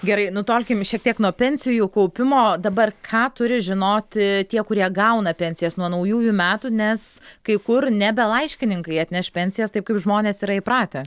gerai nutolkim šiek tiek nuo pensijų kaupimo dabar ką turi žinoti tie kurie gauna pensijas nuo naujųjų metų nes kai kur nebe laiškininkai atneš pensijas taip kaip žmonės yra įpratę